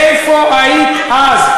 איפה היית אז?